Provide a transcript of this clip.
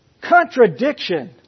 contradiction